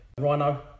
Rhino